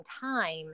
time